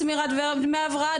צבירת דמי הבראה,